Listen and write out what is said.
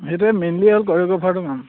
সেইটোৱে মেইনলি হ'ল কৰিঅগ্ৰাফাৰটোৰ কাম